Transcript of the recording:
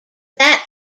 that